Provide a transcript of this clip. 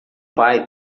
pai